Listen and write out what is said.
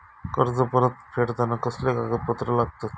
कर्ज परत फेडताना कसले कागदपत्र लागतत?